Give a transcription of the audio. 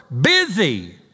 busy